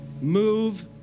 move